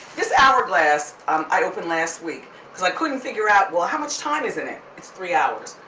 this hourglass um i opened last week cause i couldn't figure out, well how much time is and it? it's three hours.